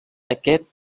aquest